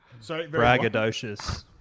braggadocious